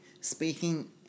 speaking